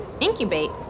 Incubate